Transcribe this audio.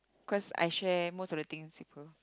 cause I share most of the things with her